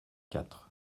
quatre